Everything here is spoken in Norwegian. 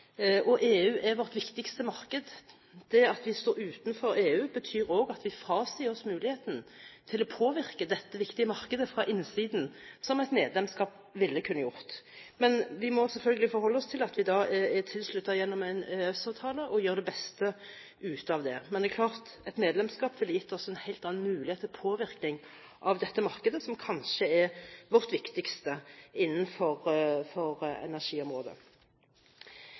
og EU er vårt viktigste marked. Det at vi står utenfor EU, betyr også at vi frasier oss muligheten til å påvirke dette viktige markedet fra innsiden, noe et medlemskap ville gjort. Men vi må selvfølgelig forholde oss til at vi er tilsluttet gjennom en EØS-avtale, og gjøre det beste ut av det. Men det er klart – et medlemskap ville gitt oss en helt annen mulighet til påvirkning av dette markedet, som kanskje er vårt viktigste innenfor energiområdet.